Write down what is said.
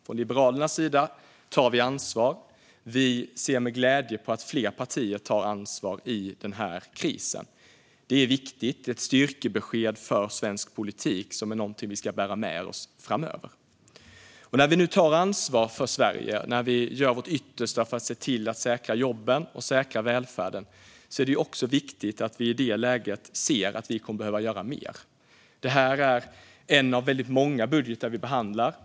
Från Liberalernas sida tar vi ansvar, och vi ser med glädje på att fler partier tar ansvar i den här krisen. Det är viktigt. Det är ett styrkebesked för svensk politik och något vi ska bära med oss framöver. När vi nu tar ansvar för Sverige och gör vårt yttersta för att se till att säkra jobben och välfärden är det också viktigt att vi ser att vi kommer att behöva göra mer. Detta är en av många budgetar som vi behandlar.